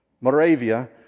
moravia